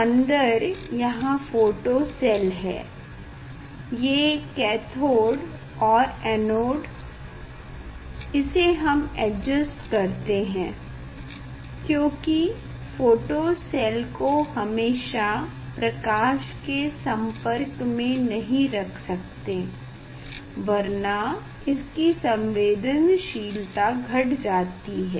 अंदर यहाँ photo cell है ये कैथोड और एनोड इसे हम एडजस्ट करते हैं क्योंकि फोटो सेल को हमेशा प्रकाश के संपर्क में नहीं रख सकते वरना इसकी संवेदनशीलता घट जाती है